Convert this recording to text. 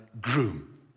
groom